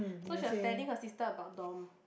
so she was telling her sister about Dom